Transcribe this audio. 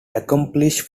accomplished